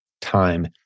time